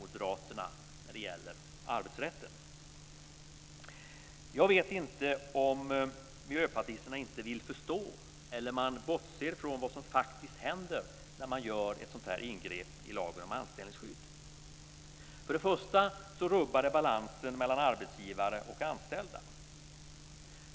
Moderaterna när det gäller arbetsrätten. Jag vet inte om miljöpartisterna inte vill förstå eller om de bortser från vad som faktiskt händer när man gör ett sådant här ingrepp i lagen om anställningsskydd. För det första rubbar det balansen mellan arbetsgivare och anställda.